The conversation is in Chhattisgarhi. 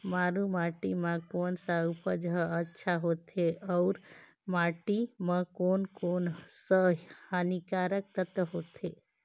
मारू माटी मां कोन सा फसल ह अच्छा होथे अउर माटी म कोन कोन स हानिकारक तत्व होथे?